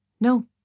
No